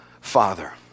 Father